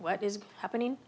what is happening